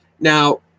Now